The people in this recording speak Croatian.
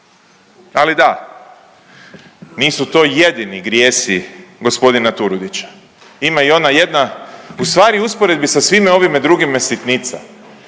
Ali da, nisu to jedini grijesi gospodina Turudića. Ima ona jedna, u stvari u usporedbi sa svime drugime sitnica,